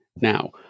now